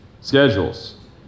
Schedules